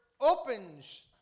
opens